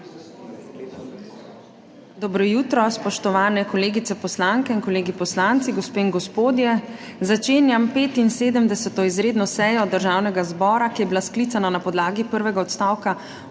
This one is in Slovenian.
Dobro jutro! Spoštovani kolegice poslanke in kolegi poslanci, gospe in gospodje! Začenjam 75. izredno sejo Državnega zbora, ki je bila sklicana na podlagi prvega odstavka